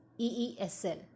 EESL